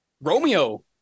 Romeo